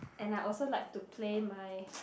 and I also like to play my